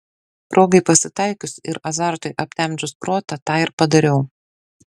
progai pasitaikius ir azartui aptemdžius protą tą ir padariau